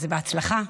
אז בהצלחה.